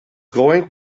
going